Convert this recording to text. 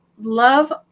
love